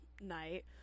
night